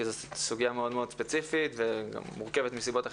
כי זו סוגיה מאוד ספציפית ומורכבת מסיבות אחרות.